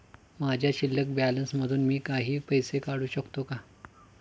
माझ्या शिल्लक बॅलन्स मधून मी काही पैसे काढू शकतो का?